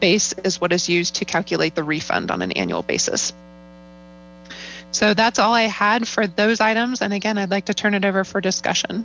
base is what is used to calculate the refund on an annual basis so that's all i had for those items and again i'd like to turn it over for discussion